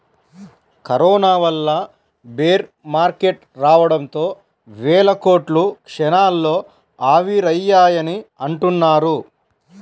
corona వల్ల bear market రావడంతో వేల కోట్లు క్షణాల్లో ఆవిరయ్యాయని అంటున్నారు